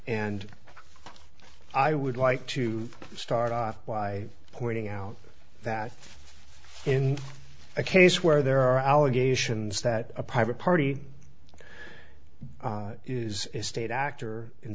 and i would like to start off by pointing out that in a case where there are allegations that a private party is a state actor